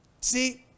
See